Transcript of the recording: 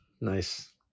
Nice